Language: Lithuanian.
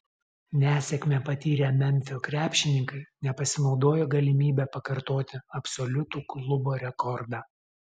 nesėkmę patyrę memfio krepšininkai nepasinaudojo galimybe pakartoti absoliutų klubo rekordą